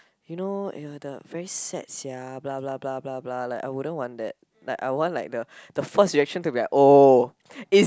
you know !aiya! the very sad sia blah blah blah blah blah like I wouldn't want that like I want like the the first reaction to be like oh if